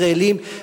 ישראלים,